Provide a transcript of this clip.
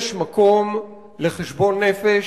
יש מקום לחשבון נפש,